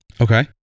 Okay